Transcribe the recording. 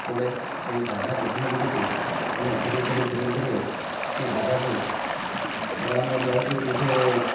ପଡ଼େ ସେହି ବାଧା ବିଘ୍ନ ଗୁଡ଼ିକୁ ଆମେ ଧୀରେ ଧୀରେ ଧୀରେ ସେ ବାଧା କୁ ଧର ଆମେ ଯାଉଛୁ କେଉଁଠି